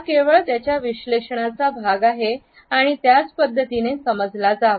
हा केवळ त्याच्या विश्लेषणाचा भाग आहे आणि त्याच पद्धतीने समजला जावा